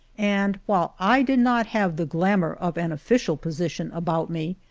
and while i did not have the glamour of an official position about me,